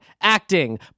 acting